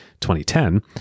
2010